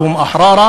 (אומר דברים בשפה הערבית),